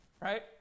right